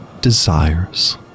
desires